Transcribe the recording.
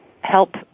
help